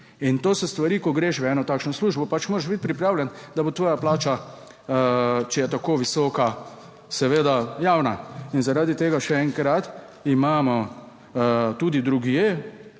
In to so stvari. ko greš v eno takšno službo, pač moraš biti pripravljen, da bo tvoja plača, če je tako visoka, seveda javna. In zaradi tega, še enkrat, imamo tudi drugje